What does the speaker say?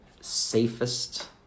safest